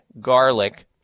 garlic